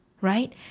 right